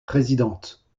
présidente